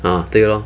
ah 对 lor